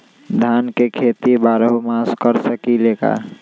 धान के खेती बारहों मास कर सकीले का?